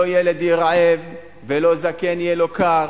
לא ילד יהיה רעב ולא זקן יהיה לו קר,